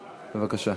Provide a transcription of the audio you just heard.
בבקשה.